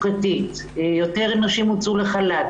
יותר נשים הוצאו לחל"ת,